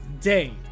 day